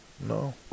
No